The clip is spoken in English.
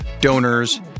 donors